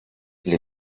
les